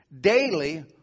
daily